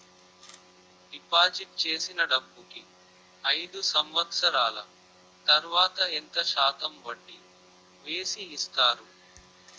Deposit చేసిన డబ్బుకి అయిదు సంవత్సరాల తర్వాత ఎంత శాతం వడ్డీ వేసి ఇస్తారు?